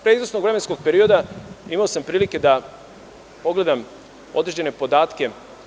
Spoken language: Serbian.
Pre izvesnog vremenskog perioda imao samprilike da pogledam određene podatke.